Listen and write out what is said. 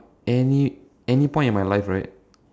any any point in my life right